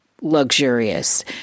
luxurious